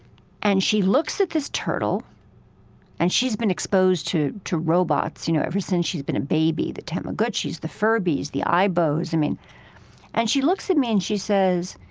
and she looks at this turtle and she's been exposed to to robots, you know, ever since she's been a baby, the tamagotchis, the furbies, the aibos. and and she looks at me and she says,